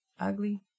ugly